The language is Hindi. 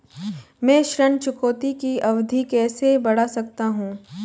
मैं ऋण चुकौती की अवधि कैसे बढ़ा सकता हूं?